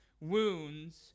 wounds